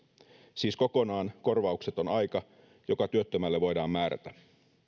siis kokonaan korvaukseton aika joka työttömälle voidaan määrätä